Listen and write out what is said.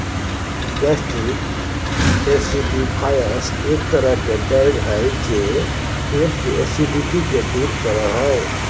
gastric acidifiers एक तरह के ड्रग हय जे पेट के एसिडिटी के दूर करो हय